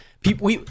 people